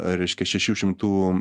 reiškia šešių šimtų